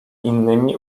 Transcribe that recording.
innymi